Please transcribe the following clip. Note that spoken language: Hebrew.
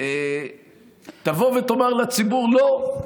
תבוא ותאמר לציבור: לא,